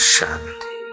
Shanti